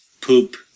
poop